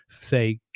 say